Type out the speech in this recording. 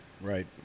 right